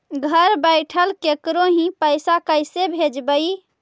घर बैठल केकरो ही पैसा कैसे भेजबइ?